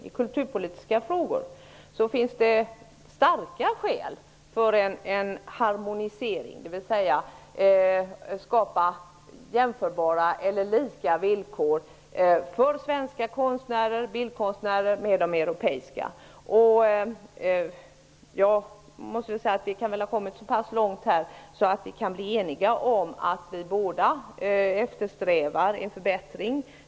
I kulturpolitiska frågor finns starka skäl för en harmonisering, dvs. att skapa jämförbara eller lika villkor med de europeiska för svenska bildkonstnärer. Vi har väl kommit så pass långt att vi kan bli eniga om att vi båda eftersträvar en förbättring.